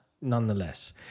nonetheless